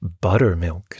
buttermilk